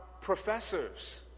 professors